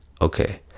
okay